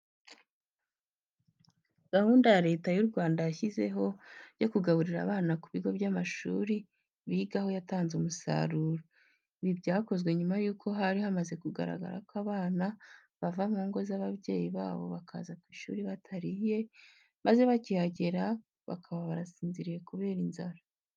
Gahunda Leta y'u Rwanda yashyizeho, yo kugaburira abana ku bigo by'amashuri bigaho yatanze umusaruro. Ibi byakozwe nyuma y'uko hari hamaze kugaragara ko abana bava mu ngo z'ababyeyi babo bakaza ku ishuri batariye, maze bakihagera bakaba barasinziriye kubera inzara.